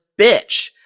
bitch